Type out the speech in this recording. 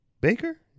Baker